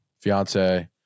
fiance